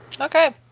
Okay